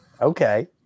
Okay